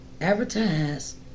advertise